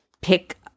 pick